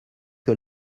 que